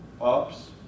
Ups